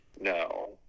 No